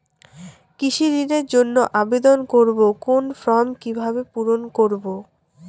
কৃষি ঋণের জন্য আবেদন করব কোন ফর্ম কিভাবে পূরণ করব?